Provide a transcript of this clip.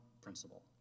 principle